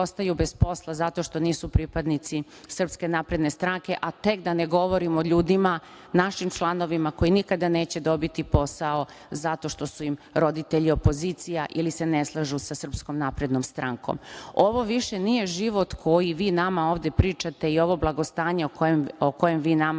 ostaju bez posla zato što nisu pripadnici SNS, a tek da ne govorim o ljudima našim članovima koji nikada neće dobiti posao zato što su im roditelji opozicija ili se ne slažu sa SNS. Ovo više nije život koji vi nama ovde pričate i ovo blagostanje o kojem vi nama